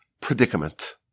predicament